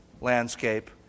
landscape